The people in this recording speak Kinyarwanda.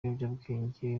biyobyabwenge